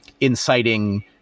inciting